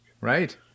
Right